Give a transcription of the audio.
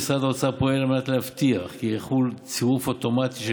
משרד האוצר פועל להבטיח כי יחול צירוף אוטומטי של